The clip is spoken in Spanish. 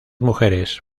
mujeres